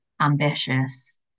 ambitious